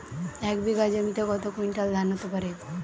এক বিঘা জমিতে কত কুইন্টাল ধান হতে পারে?